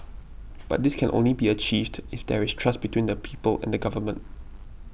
but this can only be achieved if there is trust between the people and the government